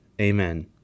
Amen